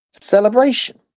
celebration